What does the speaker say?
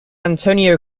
antonio